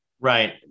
Right